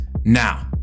now